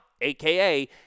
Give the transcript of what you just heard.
AKA